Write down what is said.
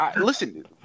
listen